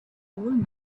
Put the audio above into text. old